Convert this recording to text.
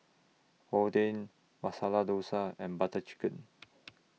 Oden Masala Dosa and Butter Chicken